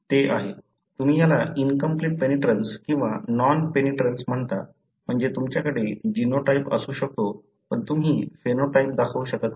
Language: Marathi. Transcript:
तुम्ही याला इनकंप्लिट पेनिट्रन्स किंवा नॉन पेनिट्रन्स म्हणता म्हणजे तुमच्याकडे जीनोटाइप असू शकतो पण तुम्ही फिनोटाइप दाखवू शकत नाही